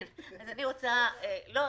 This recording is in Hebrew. לא,